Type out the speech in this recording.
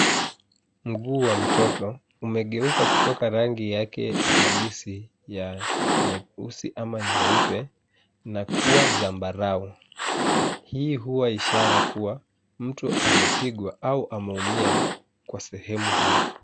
Mguu wa mtoto umegeuka kutoka rangi yake halisi ya nyeusi au ya nyeupe na kuwa zambarau. Hii huwa ishara kuwa mtu amepigwa au ameumia kwa sehemu hiyo.